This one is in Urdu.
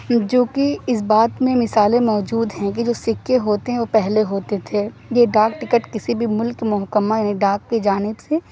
جو کہ اس بات میں مثالیں موجود ہیں کہ جو سکے ہوتے ہیں وہ پہلے ہوتے تھے یہ ڈاک ٹکٹ کسی بھی ملک محکمہ یعنی ڈاک کی جانب سے